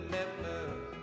Memphis